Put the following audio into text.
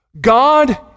God